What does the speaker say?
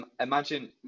Imagine